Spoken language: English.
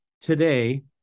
today